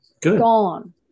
Gone